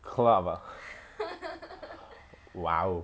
club ah !wow!